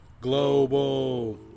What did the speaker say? Global